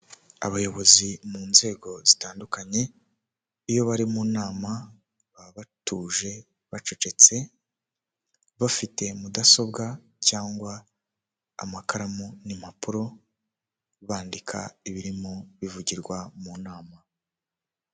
Abayobozi mu nzego zitandukanye iyo bari mu nama baba batuje bacecetse, bafite mudasobwa cyangwa amakaramu n'impapuro bandika ibirimo bivugirwa mu nama.